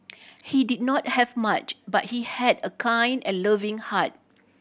he did not have much but he had a kind and loving heart